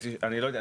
אני לא יודע,